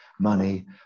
money